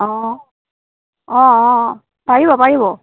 অ' অ' অ' পাৰিব পাৰিব